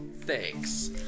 Thanks